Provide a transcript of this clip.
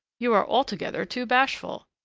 you are altogether too bashful!